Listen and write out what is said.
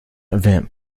event